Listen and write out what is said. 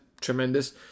Tremendous